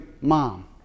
mom